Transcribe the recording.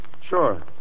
Sure